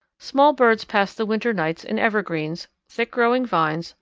small birds pass the winter nights in evergreens, thick-growing vines,